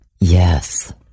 Yes